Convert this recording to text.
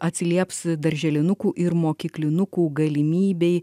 atsilieps darželinukų ir mokyklinukų galimybei